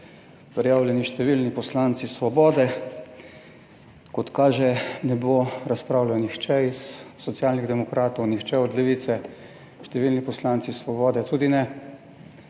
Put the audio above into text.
prijavljeni številni poslanci Svobode, kot kaže ne bo razpravljal nihče iz Socialnih demokratov, nihče od Levice, številni poslanci Svobode tudi ne.